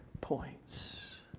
Points